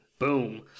boom